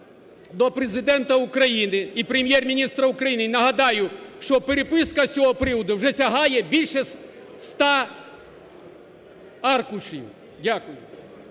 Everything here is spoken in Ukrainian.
до Президента України і Прем'єр-міністра України. І нагадаю, що переписка з цього приводу вже сягає більше 100 аркушів. Дякую.